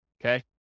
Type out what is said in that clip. Okay